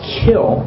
kill